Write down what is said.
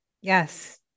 Yes